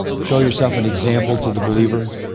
show yourself an example to the believer.